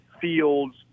Fields